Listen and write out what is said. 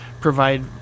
provide